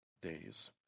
days